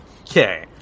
Okay